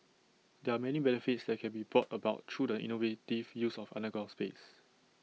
there are many benefits that can be brought about through the innovative use of underground space